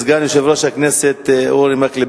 סגן יושב-ראש הכנסת אורי מקלב,